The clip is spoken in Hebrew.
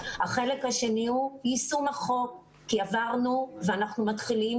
החלק השני הוא יישום החוק כי עברנו ואנחנו מתחילים